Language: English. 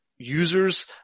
Users